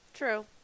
true